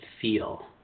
feel